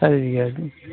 सारि बिगा दं